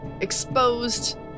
exposed